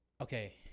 Okay